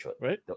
Right